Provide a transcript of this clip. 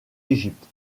égypte